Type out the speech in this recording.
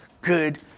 good